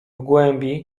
głębi